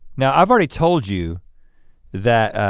now i've already told you that